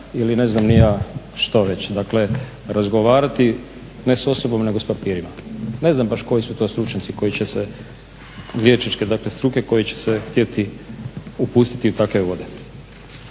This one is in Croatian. ili ne znam ni ja što već. Dakle, razgovarati ne s osobom nego s papirima. Ne znam baš koji su to stručnjaci liječničke struke koji će se htjeti upustiti u takve vode.